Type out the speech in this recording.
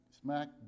smack